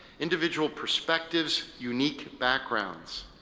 individual perspectives, unique backgrounds.